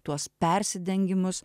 tuos persidengimus